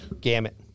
gamut